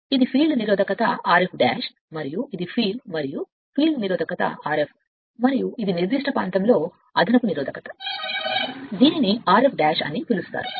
ఇది ఫీల్డ్ నిరోధకత Rf మరియు ఇది ఫీల్డ్ మరియు ఫీల్డ్ నిరోధకత Rf మరియు ఇది నిర్దిష్ట ప్రాంతంలో అదనపు నిరోధకత దీనిని Rf అని పిలుస్తారు